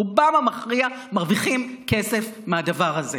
רובן המכריע מרוויחות כסף מהדבר הזה.